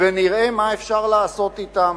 ונראה מה אפשר לעשות אתם,